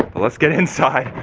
but but let's get inside,